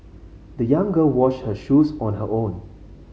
the young girl washed her shoes on her own